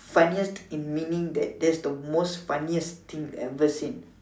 funniest in meaning that it's the most funniest thing you've ever seen